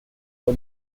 for